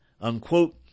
unquote